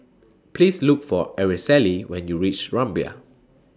Please Look For Araceli when YOU REACH Rumbia